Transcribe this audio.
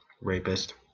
rapist